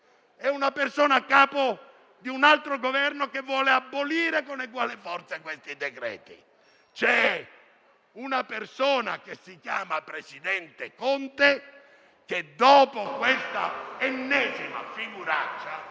ed è a Capo di un altro Governo, che vuole abolire con eguale forza questi decreti-legge. C'è una persona, che si chiama presidente Conte, che dopo questa ennesima figuraccia